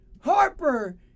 Harper